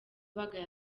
bagaya